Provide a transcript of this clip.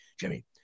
Jimmy